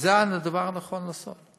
וזה היה הדבר הנכון לעשות.